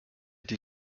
die